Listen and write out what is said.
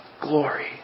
glory